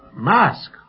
Mask